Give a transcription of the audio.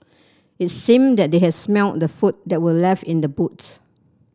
it seemed that they has smelt the food that were left in the boots